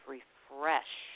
Refresh